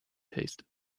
tasted